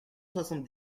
soixante